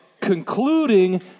concluding